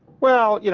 well, yeah